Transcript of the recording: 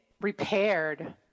repaired